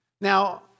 Now